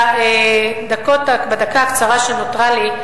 בדקה הקצרה שנותרה לי,